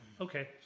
Okay